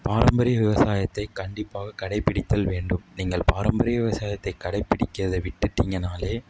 பாரம்பரிய விவசாயத்தை கண்டிப்பாக கடைபிடித்தல் வேண்டும் நீங்கள் பாரம்பரிய விவசாயத்தைக் கடைபிடிக்கிறதை விட்டுட்டிங்கனால்